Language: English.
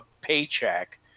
paycheck